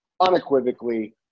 unequivocally